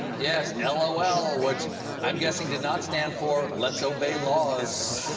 yes, l o l, which i'm guessing did not stand for let's obey laws